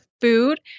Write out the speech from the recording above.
food